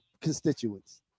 constituents